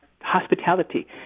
hospitality